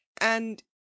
And